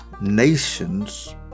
nations